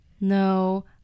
No